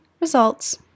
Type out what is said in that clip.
results